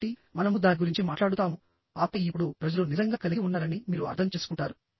కాబట్టి మనము దాని గురించి మాట్లాడుతాము ఆపై ఇప్పుడు ప్రజలు నిజంగా కలిగి ఉన్నారని మీరు అర్థం చేసుకుంటారు